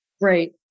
Right